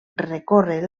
recorre